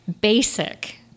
basic